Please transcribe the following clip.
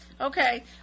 Okay